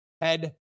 head